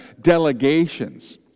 delegations